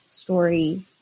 story